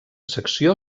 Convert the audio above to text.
secció